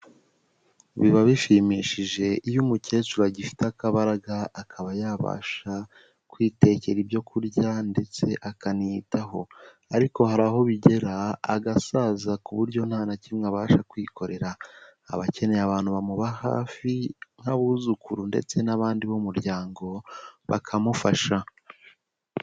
Biba bishimishije iyo umukecuru agifite akabaraga, akaba yabasha kwitekera ibyo kurya ndetse akaniyitaho ariko hari aho bigera agasaza ku buryo nta na kimwe abasha kwikorera, aba akeneye abantu bamuba hafi nk'abuzukuru ndetse n'abandi b'umuryango bakamufasha.